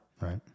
Right